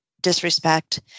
disrespect